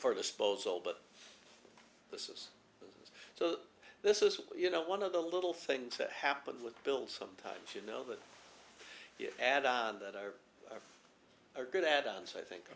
for disposal but this is so this is you know one of the little things that happened with bill sometimes you know the add on that are a good add on so i think